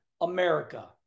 America